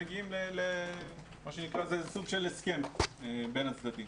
זה סוג של הסכם בין הצדדים,